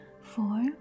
four